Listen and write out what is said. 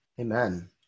Amen